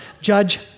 judge